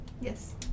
Yes